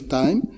time